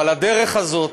אבל הדרך הזאת,